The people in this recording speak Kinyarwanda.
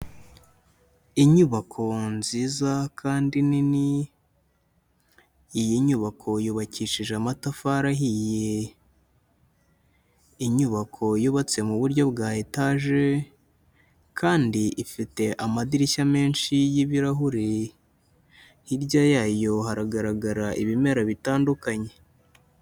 Inyubako nziza kandi nini, iyi nyubako yubakishije amatafari ahiye. Inyubako yubatse mu buryo bwa etaje kandi ifite amadirishya menshi y'ibirahure. Hirya yayo haragaragara ibimera bitandukanye.